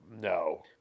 No